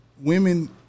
women